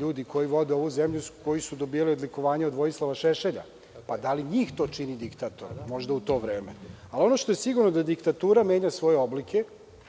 ljudi koji vode ovu zemlju, koji su dobijali odlikovanja od Vojislava Šešelja. Da li njih to čini diktatorom, možda u to vreme? Ono što je sigurno je da diktatura nema svoje oblike.